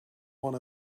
one